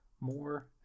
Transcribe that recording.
more